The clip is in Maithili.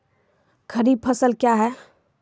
खरीफ फसल क्या हैं?